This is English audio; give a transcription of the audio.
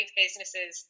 businesses